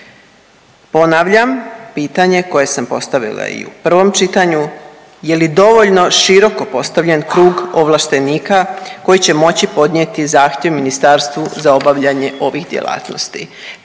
Ponavljam pitanje koje sam postavila i u prvom čitanju, je li dovoljno široko postavljen krug ovlaštenika koji će moći podnijeti zahtjev ministarstvu za obavljanje ovih djelatnosti?